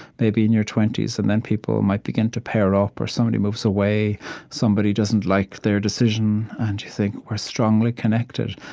maybe in your twenty s, and then people might begin to pair up, or somebody moves away somebody doesn't like their decision, and you think, we're strongly connected,